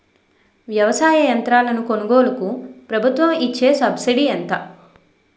వ్యవసాయ యంత్రాలను కొనుగోలుకు ప్రభుత్వం ఇచ్చే సబ్సిడీ ఎంత?